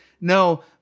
No